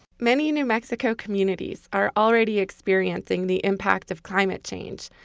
many new mexico communities are already experiencing the impacts of climate change,